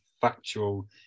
Factual